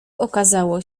okazało